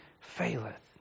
faileth